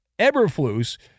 Eberflus